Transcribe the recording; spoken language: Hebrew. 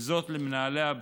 וזאת למנהלי הבחירות,